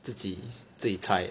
自己自己猜